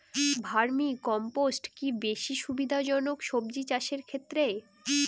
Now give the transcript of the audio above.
Vermi compost কি বেশী সুবিধা জনক সবজি চাষের ক্ষেত্রে?